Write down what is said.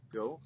go